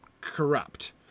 corrupt